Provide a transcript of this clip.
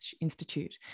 Institute